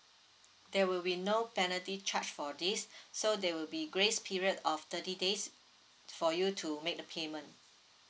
there will be no penalty charge for this so there will be grace period of thirty days for you to make the payment